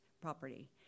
property